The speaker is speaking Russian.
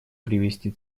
привести